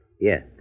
Yes